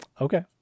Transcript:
Okay